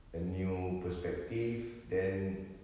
and new perspective then